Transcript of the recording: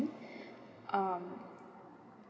um